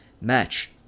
match